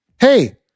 Hey